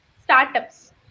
Startups